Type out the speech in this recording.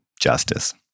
justice